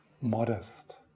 modest